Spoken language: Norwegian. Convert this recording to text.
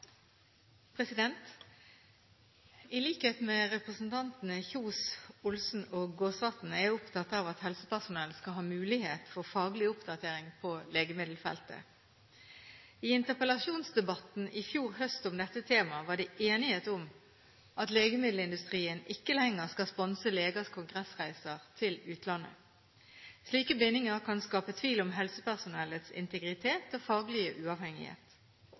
jeg opptatt av at helsepersonell skal ha mulighet til faglig oppdatering på legemiddelfeltet. I interpellasjonsdebatten i fjor høst om dette temaet var det enighet om at legemiddelindustrien ikke lenger skal sponse legers kongressreiser til utlandet. Slike bindinger kan skape tvil om helsepersonellets integritet og faglige uavhengighet.